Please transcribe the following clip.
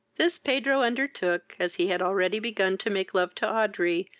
this pedro undertook, as he had already began to make love to audrey,